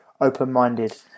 open-minded